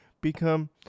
become